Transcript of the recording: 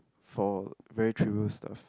for very trivial stuff